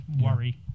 worry